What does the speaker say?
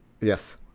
yes